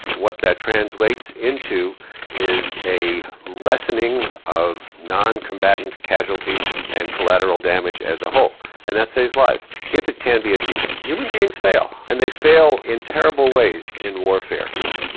what that translates into is a lessening of non-combatant casualties and collateral damage as a whole and that saves lives if it can be achieved. human beings fail and they fail in terrible ways in warfare.